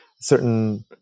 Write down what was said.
certain